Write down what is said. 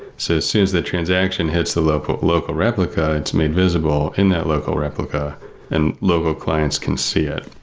so as soon as the transaction hits the local local replica, it's made visible in that local replica and local clients can see it.